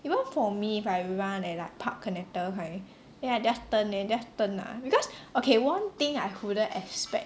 even for me if I run at like park connector kind then I just turn then just turn lah because okay one thing I wouldn't expect